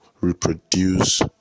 reproduce